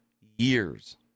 years